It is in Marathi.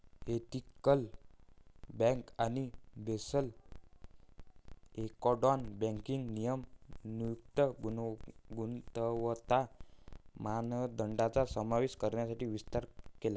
एथिकल बँक आणि बेसल एकॉर्डने बँकिंग नियमन नैतिक गुणवत्ता मानदंडांचा समावेश करण्यासाठी विस्तार केला